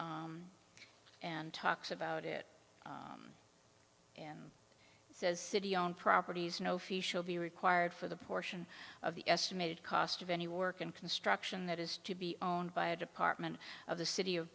and talks about it and says city on properties no fee should be required for the portion of the estimated cost of any work in construction that has to be owned by a department of the city of